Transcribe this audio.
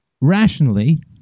rationally